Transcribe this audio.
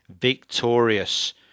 victorious